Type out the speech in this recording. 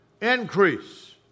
increase